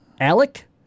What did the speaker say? Alec